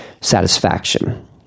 satisfaction